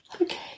Okay